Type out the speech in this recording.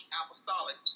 apostolic